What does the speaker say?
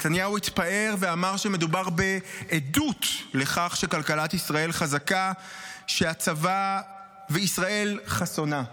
נתניהו התפאר ואמר שמדובר בעדות לכך שכלכלת ישראל חזקה וישראל חסונה.